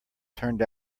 turned